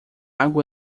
água